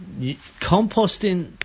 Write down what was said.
composting